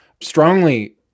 strongly